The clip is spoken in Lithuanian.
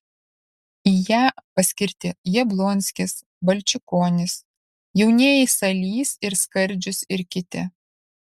į ją paskirti jablonskis balčikonis jaunieji salys ir skardžius ir kiti